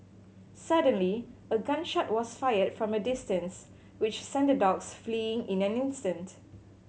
suddenly a gun shot was fired from a distance which sent the dogs fleeing in an instant